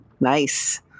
Nice